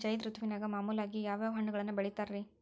ಝೈದ್ ಋತುವಿನಾಗ ಮಾಮೂಲಾಗಿ ಯಾವ್ಯಾವ ಹಣ್ಣುಗಳನ್ನ ಬೆಳಿತಾರ ರೇ?